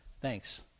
Thanks